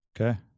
Okay